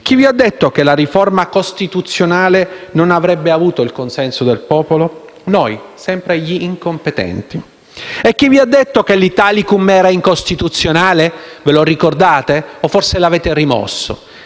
Chi vi ha detto che la riforma costituzionale non avrebbe avuto il consenso del popolo? Noi, sempre gli incompetenti. E chi vi ha detto che l'Italicum era incostituzionale? Ve lo ricordate o lo avete rimosso?